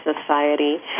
Society